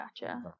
gotcha